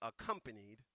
accompanied